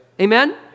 Amen